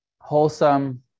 wholesome